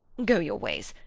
go your ways.